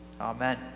Amen